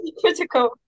critical